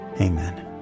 Amen